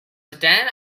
then